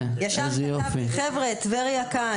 ישר כתבתי חבר'ה , טבריה כאן.